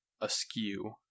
askew